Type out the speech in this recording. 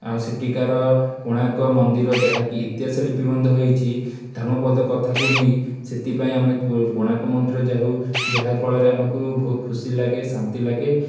ଆଉ ସେଠିକାର କୋଣାର୍କମନ୍ଦିର ଯାହାକି ଇତିହାସ ଲିପିବଦ୍ଧ ହୋଇଚି ଧର୍ମପଦ କଥାକୁ ନେଇ ସେଥିପାଇଁ ଆମେ କୋଣାର୍କମନ୍ଦିର ଯାଉ ଯାହାଫଳରେ ଆମକୁ ବହୁତ ଖୁସି ଲାଗେ ଶାନ୍ତି ଲାଗେ